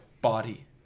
body